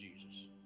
Jesus